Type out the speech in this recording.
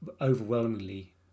overwhelmingly